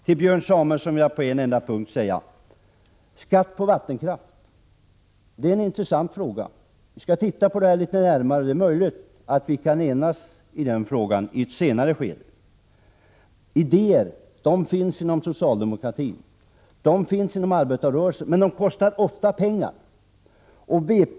Till Björn Samuelson vill jag säga att frågan om skatt på vattenkraft är intressant. Vi skall undersöka den saken närmare; det är möjligt att vi kan enas i den frågan i ett senare skede. Det finns idéer inom socialdemokratin och inom arbetarrörelsen, men de kostar ofta pengar att genomföra.